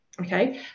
Okay